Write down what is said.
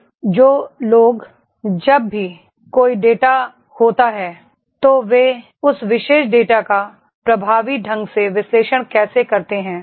फिर जो लोग जब भी कोई डेटा होता है तो वे उस विशेष डेटा का प्रभावी ढंग से विश्लेषण कैसे करते हैं